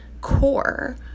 core